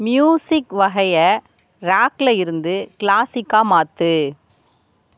music வகையை ராக்ல இருந்து க்ளாசிக்காக மாற்று